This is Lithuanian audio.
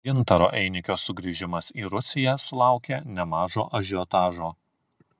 gintaro einikio sugrįžimas į rusiją sulaukė nemažo ažiotažo